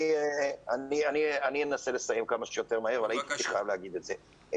אני אנסה לסיים כמה שיותר מהר אבל הייתי חייב להגיד את זה.